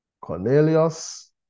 Cornelius